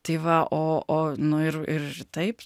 tai va o o nu ir ir taip